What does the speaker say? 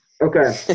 Okay